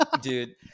dude